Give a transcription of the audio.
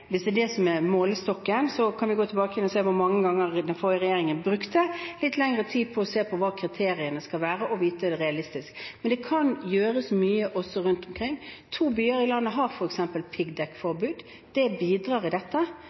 kan vi gå tilbake og se på hvor mange ganger den forrige regjeringen brukte litt lengre tid på å se på hva kriteriene skulle være, og vite at det var realistisk. Det kan gjøres mye også rundt omkring. To byer i landet har f.eks. piggdekkforbud. Det bidrar i dette.